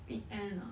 weekend ah